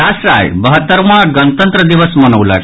राष्ट्र आइ बहत्तरवां गणतंत्र दिवस मनौलक